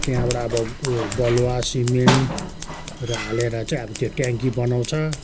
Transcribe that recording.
त्यहाँबाट अब बलुवा सिमेन्टहरू हालेर चाहिँ अब त्यो ट्याङकी बनाउँछ